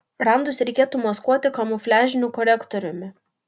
randus reikėtų maskuoti kamufliažiniu korektoriumi